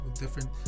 different